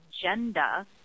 agenda